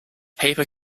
paper